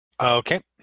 Okay